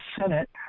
Senate